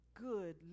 good